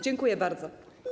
Dziękuję bardzo.